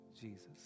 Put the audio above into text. Jesus